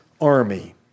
army